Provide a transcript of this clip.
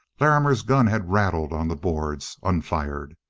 larrimer's gun had rattled on the boards, unfired.